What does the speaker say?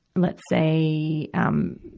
let's say, um,